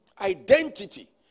identity